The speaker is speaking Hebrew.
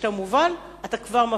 וכשאתה מובל, אתה כבר מפסיד,